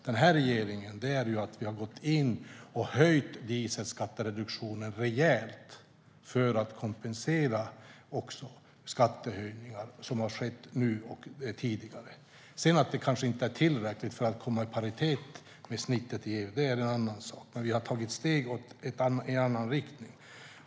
Den här regeringen har gått in och höjt dieselskattereduktionen rejält för att kompensera skattehöjningar som har skett nu och tidigare. Att det kanske inte är tillräckligt för att komma i paritet med snittet i EU är en annan sak, men vi har tagit steg i en annan riktning.